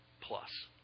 Plus